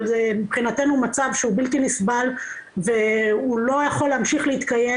אבל זה מבחינתנו מצב שהוא בלתי נסבל והוא לא יכול להמשיך להתקיים